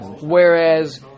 whereas